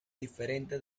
diferente